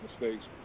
mistakes